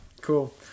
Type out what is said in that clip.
Cool